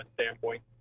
standpoint